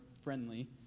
friendly